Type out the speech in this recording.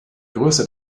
größte